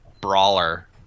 brawler